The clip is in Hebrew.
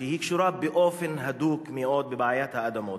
שקשורה באופן הדוק מאוד בבעיית האדמות.